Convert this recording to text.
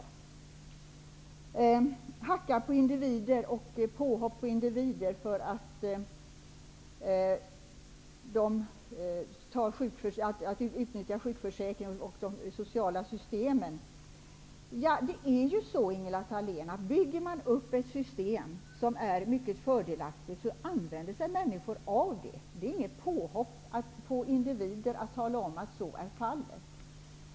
När det gäller att hacka och att göra påhopp på individer därför att de utnyttjar sjukförsäkringen och det sociala systemet, vill jag till Ingela Thale n säga: Om man bygger upp ett system som är mycket fördelaktigt, så använder sig människor av det. Att tala om att så är fallet är inget påhopp på individer.